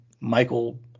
Michael